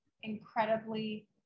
incredibly